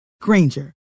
Granger